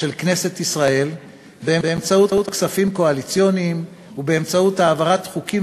של כנסת ישראל באמצעות כספים קואליציוניים ובאמצעות העברת חוקים